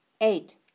eight